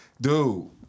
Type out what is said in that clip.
Dude